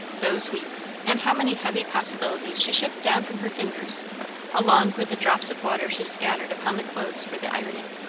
those weeks and how many heavy possibilities she shook down from her fingers along with the drops of water she scattered upon the clothes for the ironing.